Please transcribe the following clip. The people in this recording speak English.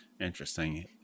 Interesting